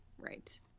Right